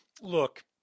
Look